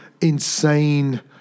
insane